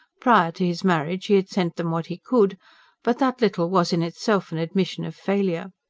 prior to his marriage he had sent them what he could but that little was in itself an admission of failure.